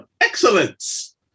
Excellence